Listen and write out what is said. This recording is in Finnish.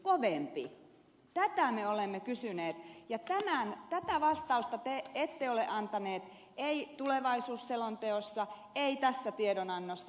tätä me olemme kysyneet ja tätä vastausta te ette ole antaneet ette tulevaisuusselonteossa ette tässä tiedonannossa